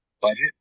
budget